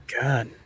God